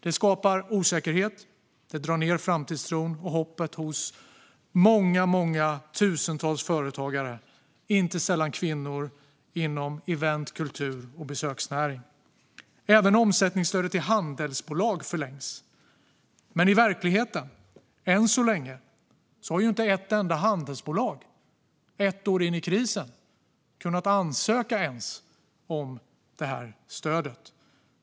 Det skapar osäkerhet, och det drar ned framtidstron och hoppet hos många, många tusentals företagare, inte sällan kvinnor inom event-, kultur och besöksnäring. Även omsättningsstödet till handelsbolag förlängs. Men i verkligheten har än så länge, ett år in i krisen, inte ett enda handelsbolag ens kunnat ansöka om stödet.